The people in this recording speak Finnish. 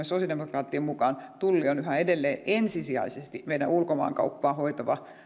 sosiaalidemokraattien näkemyksen mukaan tulli on yhä edelleen ensisijaisesti meidän ulkomaankauppaa hoitava